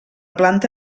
planta